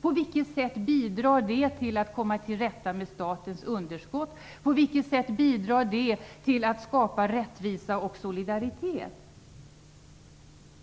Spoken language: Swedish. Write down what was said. På vilket sätt bidrar det till att komma till rätta med statens underskott? På vilket sätt bidrar det till att skapa rättvisa och solidaritet?